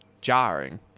jarring